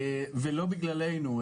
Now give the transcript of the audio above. ולא בגללנו.